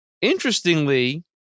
Interestingly